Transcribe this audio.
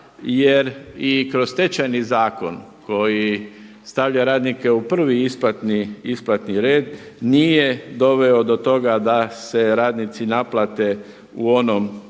jer i kroz Stečajni zakon koji stavlja radnike u prvi isplatni red nije doveo do toga da se radnici naplate u onom